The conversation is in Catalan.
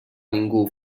ningú